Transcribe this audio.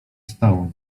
stało